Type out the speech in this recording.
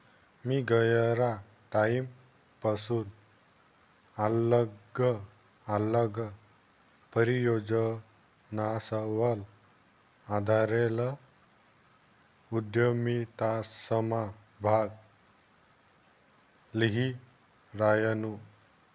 मी गयरा टाईमपसून आल्लग आल्लग परियोजनासवर आधारेल उदयमितासमा भाग ल्ही रायनू